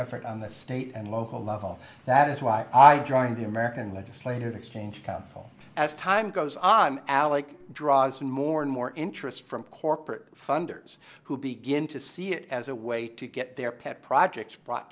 effort on the state and local level that is why i joined the american legislative exchange council as time goes on alec draws in more and more interest from corporate funders who begin to see it as a way to get their pet projects brought